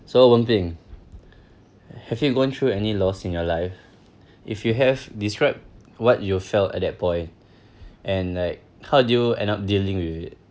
so wen peng have you gone through any loss in your life if you have describe what you felt at that point and like how did you end up dealing with it